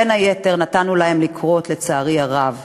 בין היתר, נתנו להן לקרות, לצערי הרב.